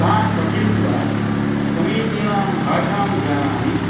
तान् पठित्वा समीचीनां भाषाञ्जानामि